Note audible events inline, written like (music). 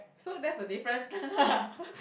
so that's the difference lah (laughs)